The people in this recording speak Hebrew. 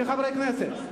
כחברי כנסת.